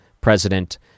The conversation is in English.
president